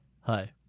hi